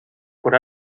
por